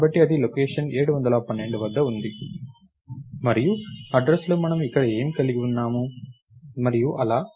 కాబట్టి అది లొకేషన్ 712 వద్ద ఉంది మరియు అడ్రస్లో మనం ఇక్కడ ఏమి కలిగి ఉన్నాము మరియు అలా